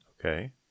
Okay